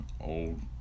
Old